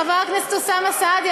חבר הכנסת אוסאמה סעדי,